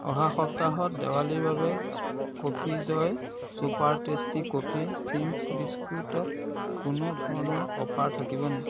অহা সপ্তাহত দেৱালীৰ বাবে coffee Joy super tasty coffee thins বিস্কুটত কোনো ধৰণৰ অফাৰ থাকিব নে